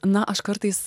na aš kartais